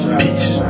peace